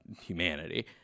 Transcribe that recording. humanity